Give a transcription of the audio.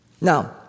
Now